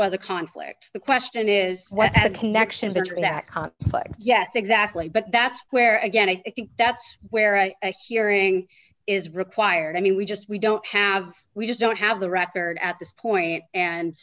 was a conflict the question is what's the connection between that but yes exactly but that's where again i think that's where i hearing is required i mean we just we don't have we just don't have the record at this point and